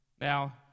Now